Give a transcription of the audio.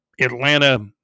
Atlanta